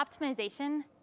optimization